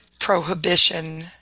prohibition